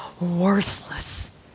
worthless